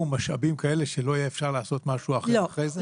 משאבים כאלה שלא יהיה אפשר לעשות משהו אחר לאחר מכן?